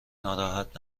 ناراحت